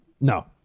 No